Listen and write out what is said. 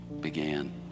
began